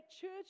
church